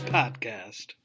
podcast